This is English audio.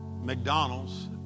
McDonald's